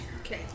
Okay